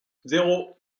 zéro